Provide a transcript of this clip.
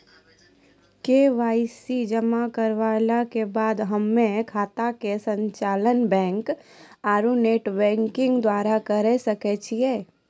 KYC जमा करला के बाद हम्मय खाता के संचालन बैक आरू नेटबैंकिंग द्वारा करे सकय छियै?